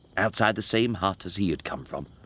outside the same hut as he had come from,